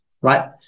right